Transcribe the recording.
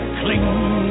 cling